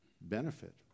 benefit